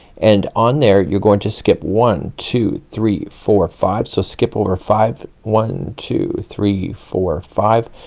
and on there you're going to skip one two three four five. so skip over five one two three four five,